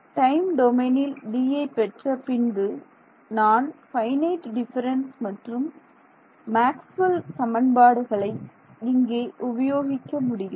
time டொமைனில் Dஐ பெற்ற பின்பு நான் ஃபைனைட் டிஃபரன்ஸ் மற்றும் மேக்ஸ்வெல் சமன்பாடுகளை இங்கே உபயோகிக்க முடியும்